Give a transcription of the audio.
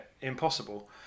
impossible